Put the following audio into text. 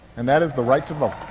and that is the right to vote.